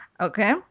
okay